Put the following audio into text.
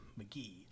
McGee